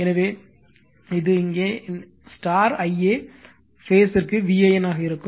எனவே இது இங்கே இந்த Ia பேஸ் ற்கு VAN ஆக இருக்கும்